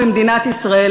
במדינת ישראל,